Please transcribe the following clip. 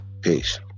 peace